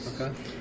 Okay